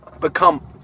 become